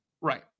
Right